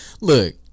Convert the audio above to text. look